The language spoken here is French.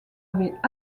avaient